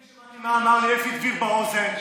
אני שמעתי מה אמר לי אפי דביר באוזן,